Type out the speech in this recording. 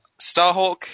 Starhawk